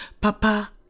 Papa